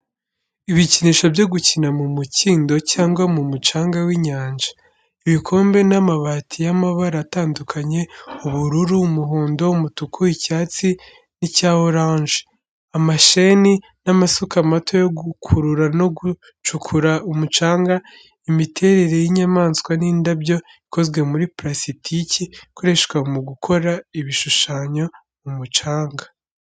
Ibikinisho byo gukina mu mukindo cyangwa ku mucanga w’inyanja. Ibikombe n’amabati y’amabara atandukanye: ubururu, umuhondo, umutuku, icyatsi, n’icya oranje. Amasheni n’amasuka mato yo gukurura no gucukura, umucanga, imiterere y’inyamaswa n’indabyo ikozwe mu parasitike ikoreshwa mu gukora ibishushanyo mu mucanga.